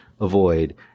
avoid